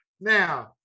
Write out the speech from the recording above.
Now